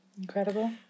Incredible